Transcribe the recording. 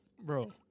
Bro